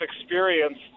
experience